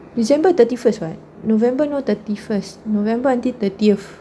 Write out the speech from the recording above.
december thirty first [what] november no thirty first november until thirtieth